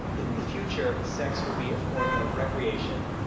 in the future, sex will be a form of recreation,